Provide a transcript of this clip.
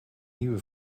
nieuwe